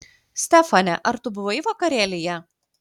stefane ar tu buvai vakarėlyje